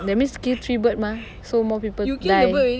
that means kill three bird mah so more people die